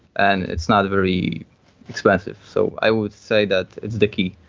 and it's not very expensive. so i would say that it's the key.